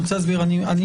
אנחנו